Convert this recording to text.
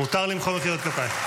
מותר למחוא מחיאות כפיים.